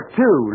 two